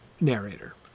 narrator